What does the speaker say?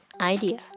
idea